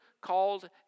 called